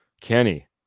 Kenny